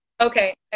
Okay